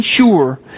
sure